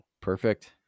perfect